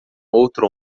outro